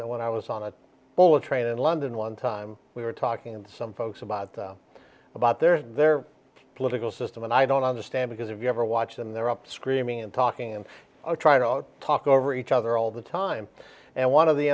was when i was on the bullet train in london one time we were talking and some folks about about their their political system and i don't understand because if you ever watch them they're up screaming and talking and i'll try to talk over each other all the time and one of the